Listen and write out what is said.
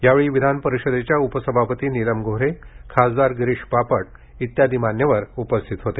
यावेळी विधान परिषदेच्या उपसभापती नीलम गोऱ्हे खासदार गिरीष बापट इत्यादि मान्यवर उपस्थित होते